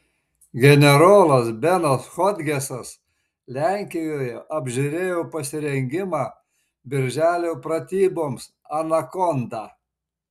generolas benas hodgesas lenkijoje apžiūrėjo pasirengimą birželio pratyboms anakonda